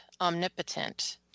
omnipotent